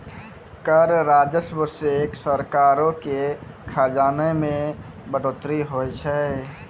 कर राजस्व से सरकारो के खजाना मे बढ़ोतरी होय छै